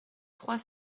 trois